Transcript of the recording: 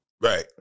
Right